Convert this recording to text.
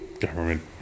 government